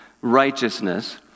righteousness